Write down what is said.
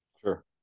Sure